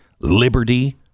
liberty